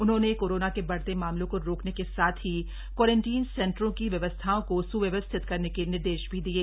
उन्होंने कोरोना के बढ़ते मामलों को रोकने के साथ ही क्वारंटीन सेंटरों की व्यवस्थाओं को स्व्यवस्थित करने के निर्देश भी दिये